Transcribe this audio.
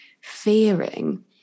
fearing